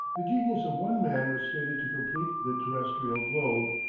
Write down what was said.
the genius of one man was fated to complete the terrestrial globe,